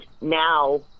now